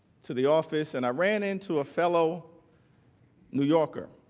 to the office and i ran into a fellow new yorker.